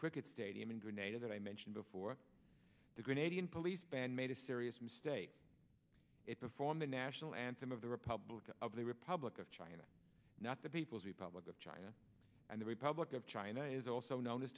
cricket stadium in grenada that i mentioned before the grenadian police band made a serious mistake it performed the national anthem of the republican of the republic of china not the people's republic of china and the republic of china is also kno